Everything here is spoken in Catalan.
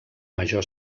major